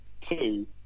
two